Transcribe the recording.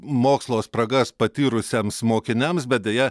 mokslo spragas patyrusiems mokiniams bet deja